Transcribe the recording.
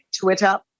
Twitter